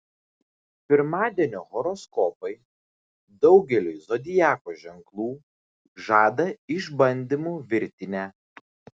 pirmadienio horoskopai daugeliui zodiako ženklų žada išbandymų virtinę